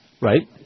Right